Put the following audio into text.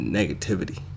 negativity